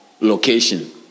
location